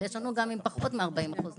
אבל יש לנו גם עם פחות מ-40% נכות,